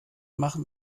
machen